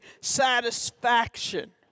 satisfaction